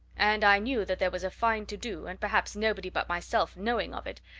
and i knew that there was a fine to-do, and perhaps nobody but myself knowing of it,